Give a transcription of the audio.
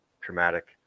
traumatic